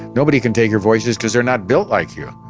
nobody can take your voices cause they're not built like you.